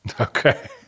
Okay